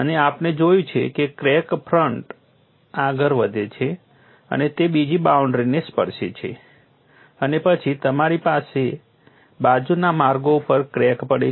અને આપણે જોયું છે કે ક્રેક આગળ વધે છે અને તે બીજી બાઉન્ડ્રીને સ્પર્શે છે અને પછી તમારી પાસે બાજુના માર્ગો ઉપર ક્રેક પડે છે